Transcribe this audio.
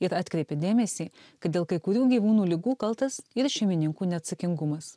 ir atkreipia dėmesį kad dėl kai kurių gyvūnų ligų kaltas ir šeimininkų neatsakingumas